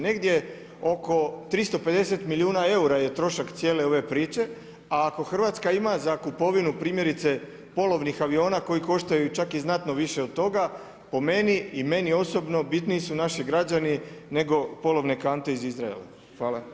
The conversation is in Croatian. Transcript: Negdje oko 350 milijuna eura je trošak cijele ove priče, a ako Hrvatska ima za kupovinu primjerice polovnih aviona koji koštaju čak i znatno više od toga, po meni i meni osobno bitniji su naši građani nego polovne kante iz Izraela.